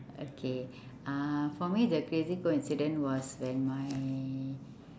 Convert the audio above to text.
okay uh for me the crazy coincidence was when my